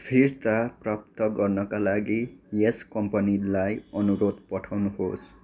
फिर्ता प्राप्त गर्नका लागि यस कम्पनीलाई अनुरोध पठाउनुहोस्